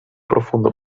profundo